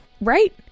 Right